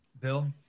bill